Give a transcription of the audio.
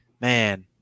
man